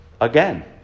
again